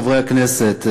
חברי הכנסת,